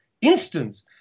instance